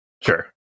Sure